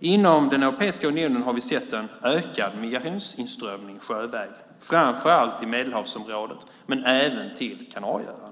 Inom Europeiska unionen har vi sett en ökad migrationsinströmning sjövägen, framför allt till Medelhavsområdet men även till Kanarieöarna.